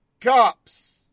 cops